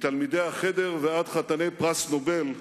מתלמידי "החדר" ועד חתני פרס נובל,